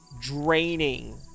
Draining